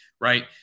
Right